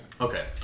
Okay